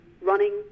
running